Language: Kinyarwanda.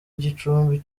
igicumbi